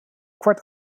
kwart